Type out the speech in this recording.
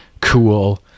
cool